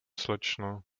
slečno